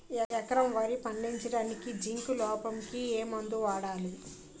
ఎకరం వరి పండించటానికి జింక్ లోపంకి ఏ మందు వాడాలి?